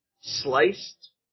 sliced